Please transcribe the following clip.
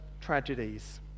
tragedies